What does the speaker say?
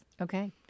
Okay